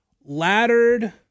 laddered